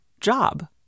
job